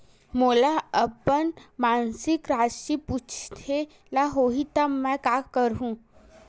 मोला अपन मासिक राशि पूछे ल होही त मैं का करहु?